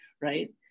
right